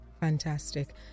Fantastic